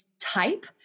type